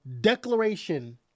declaration